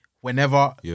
whenever